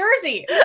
jersey